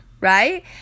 right